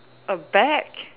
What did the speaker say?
a bag